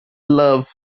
love